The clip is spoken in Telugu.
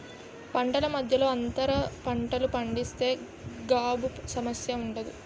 పంటల మధ్యలో అంతర పంటలు పండిస్తే గాబు సమస్య ఉండదు